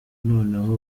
noneho